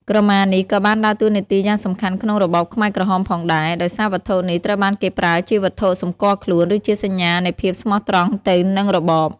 ក្រមានេះក៏បានដើរតួនាទីយ៉ាងសំខាន់ក្នុងរបបខ្មែរក្រហមផងដែរ ដោយសារវត្ថុនេះត្រូវបានគេប្រើជាវត្ថុសម្គាល់ខ្លួន ឬជាសញ្ញានៃភាពស្មោះត្រង់ទៅនឹងរបប។